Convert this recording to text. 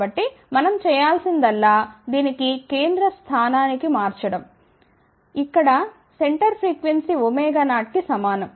కాబట్టి మనం చేయాల్సిందల్లా దీనిని కేంద్ర స్థానానికి మార్చడం ఇక్కడ సెంటర్ ఫ్రీక్వెన్సీ 0 కి సమానం